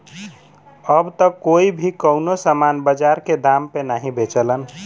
अब त कोई भी कउनो सामान बाजार के दाम पे नाहीं बेचलन